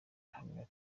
ahamya